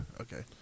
Okay